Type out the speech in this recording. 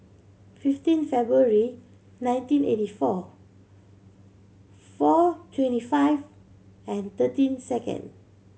fifteen February nineteen eighty four four twenty five and thirteen second